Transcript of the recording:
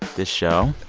this show.